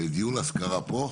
דיור השכרה פה?